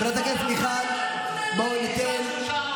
איך אתה מאמין לשר האוצר?